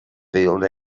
field